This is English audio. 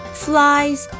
flies